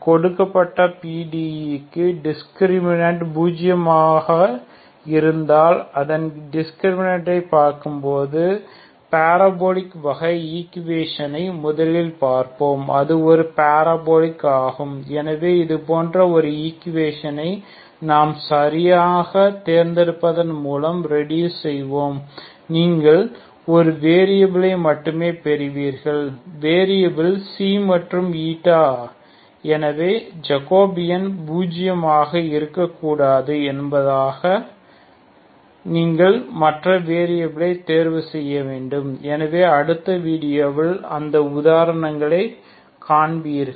கொடுக்கப்பட்ட PDE க்கு discriminant பூஜ்ஜியமாக இருந்தால் அதன் டிஸ்கிரிமினன்டை பார்க்கும் போது பாரபோலிக் வகை ஈக்குவேஷனை முதலில் பார்ப்போம் அது ஒரு பாரபோலிக் ஆகும் எனவே இதுபோன்ற ஒரு ஈக்குவேஷனை நாம் சரியாக தேர்ந்தெடுப்பதன் மூலம் ரெடுஸ் செய்வோம் நீங்கள் ஒரு வெரியபிலை மட்டுமே பெறுவீர்கள் வேரியபில் அல்லது எனவே ஜாகோபியன் பூஜ்ஜியமாக இருக்கக்கூடாது என்பதற்காக நீங்கள் மற்ற வெரியபிலைத் தேர்வு செய்ய வேண்டும் எனவே அடுத்த வீடியோவில் அந்த உதாரணத்தைக் காண்பீர்கள்